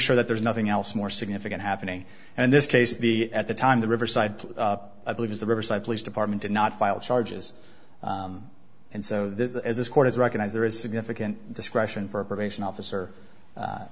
sure that there's nothing else more significant happening and in this case the at the time the riverside i believe is the riverside police department did not file charges and so there's this court has recognized there is significant discretion for a probation officer